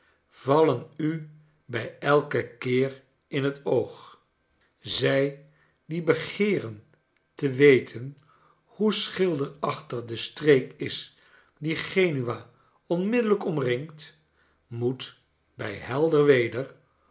vallen u bij elken keer in het oog zij die begeeren te weten hoe schilderachtig de streek is die genua onmiddellijk omringt moeten